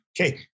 Okay